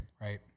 Right